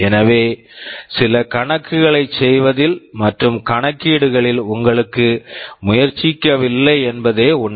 எனவே சில கணக்குகளைச் செய்வதில் மற்றும் கணக்கீடுகளில் உங்களுக்கு உதவ முயற்சிக்கவில்லை என்பதே உண்மை